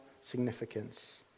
significance